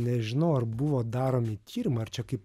nežinau ar buvo daromi tyrimai ar čia kaip